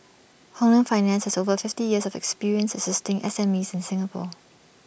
Hong Leong finance has over fifty years of experience assisting SMEs in Singapore